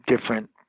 different